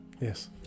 Yes